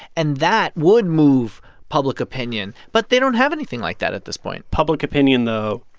and that would move public opinion. but they don't have anything like that at this point public opinion, though,